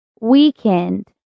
Weekend